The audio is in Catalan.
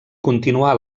continuà